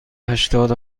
هشتاد